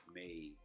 made